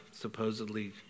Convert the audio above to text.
supposedly